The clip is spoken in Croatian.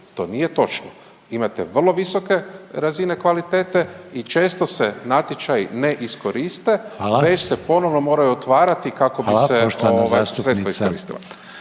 to nije točno. Imate vrlo visoke razine kvalitete i često se natječaji ne iskoriste već se ponovno moraju otvarati kako bi se ova sredstva iskoristila.